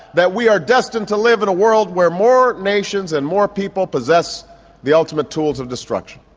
that we are destined to live in a world where more nations and more people possess the ultimate tools of destruction.